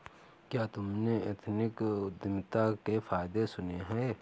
क्या तुमने एथनिक उद्यमिता के फायदे सुने हैं?